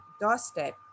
doorstep